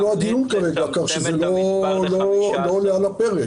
כך שזה לא עולה על הפרק.